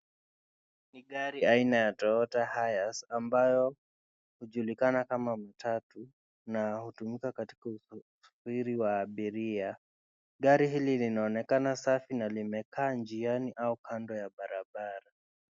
Ni gari aina ya Toyota Hearse ambayo hujulikana kama matatu na hutumika katika usafiri wa abiria, gari hili linaonekana safi na limekaa njiani au kando ya barabara.